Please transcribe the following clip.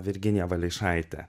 virginija valeišaite